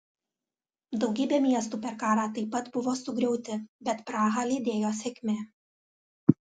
daugybė miestų per karą taip pat buvo sugriauti bet prahą lydėjo sėkmė